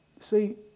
See